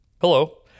Hello